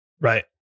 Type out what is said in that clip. right